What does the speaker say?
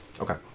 Okay